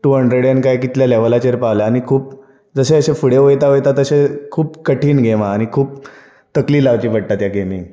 two हंड्रेडेन कांय कितल्या लेवलाचेर पावला आनी जशें जशें फुडें वयता तशें खूब कठीण गेम आहा आनी खूब तकली लावची पडटा त्या गेमीक